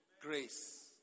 Grace